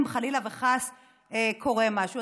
אם חס וחלילה קורה משהו.